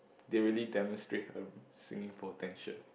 they really demonstrate her singing potential